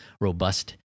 robust